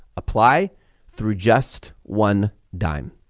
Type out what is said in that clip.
apply through just one dime.